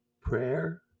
prayer